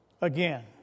Again